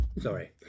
Sorry